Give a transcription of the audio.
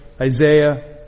Isaiah